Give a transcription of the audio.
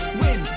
win